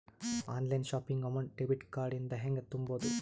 Online shopping amount debit card ಇಂದ ಹೆಂಗ್ ತುಂಬೊದು?